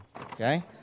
okay